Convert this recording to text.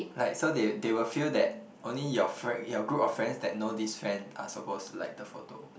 like so they they will feel that only your frie~ your group of friends that know this friend are supposed to like the photo